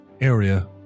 area